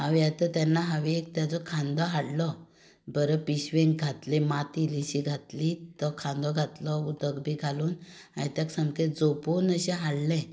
हांव येता तेन्ना हांवें ताजो एक खांदो हाडलो बरें पिशवेंत घातलें माती इल्लीशीं घातली तो खांदो घातलो उदक बी घालून हांवें ताका सामकें झोपून अशें हाडलें